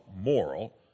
moral